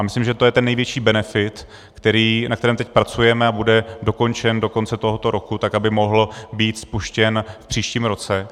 Myslím, že to je největší benefit, na kterém teď pracujeme, a bude dokončen do konce tohoto roku, tak aby mohl být spuštěn v příštím roce.